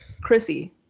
Chrissy